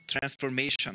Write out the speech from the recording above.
transformation